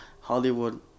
Hollywood